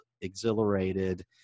exhilarated